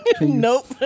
Nope